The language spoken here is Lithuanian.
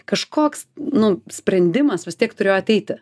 kažkoks nu sprendimas vis tiek turėjo ateiti